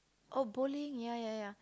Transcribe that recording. oh bowling ya ya ya